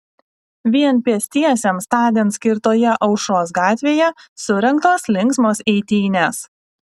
vien pėstiesiems tądien skirtoje aušros gatvėje surengtos linksmos eitynės